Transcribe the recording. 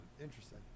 interesting